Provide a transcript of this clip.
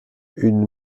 une